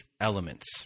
elements